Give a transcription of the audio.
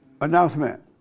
Announcement